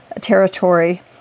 territory